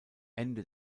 ende